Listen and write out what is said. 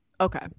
okay